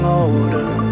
older